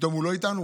פתאום הוא לא איתנו.